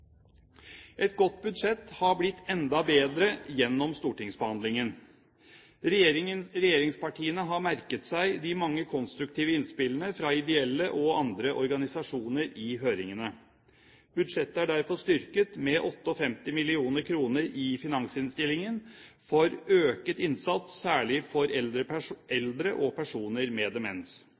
Et godt budsjett har blitt enda bedre gjennom stortingsbehandlingen. Regjeringspartiene har merket seg de mange konstruktive innspillene fra ideelle og andre organisasjoner i høringene. Budsjettet er derfor styrket med 58 mill. kr i finansinnstillingen for øket innsats særlig for eldre og personer med demens.